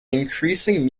increasing